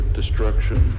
destruction